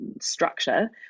structure